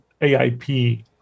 AIP